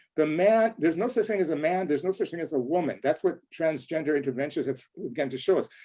the man there's no such thing as a man, there's no such thing as a woman. that's what transgender interventions have began to show us.